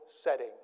setting